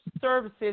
services